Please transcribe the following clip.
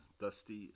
Dusty